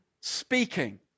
speaking